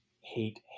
hate